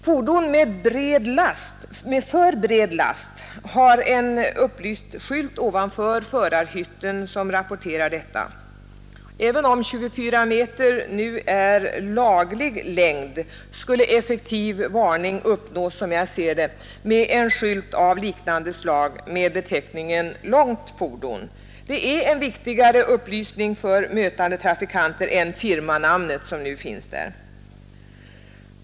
Fordon med för bred last har en belyst skylt ovanför förarhytten som rapporterar detta. Även om 24 meter är en laglig längd, skulle, som jag ser det, en effektiv varning uppnås med en skylt av liknande slag med beteckningen ”långt fordon”. Det är en viktigare upplysning för mötande trafikanter än firmanamnet, som nu finns där.